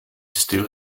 still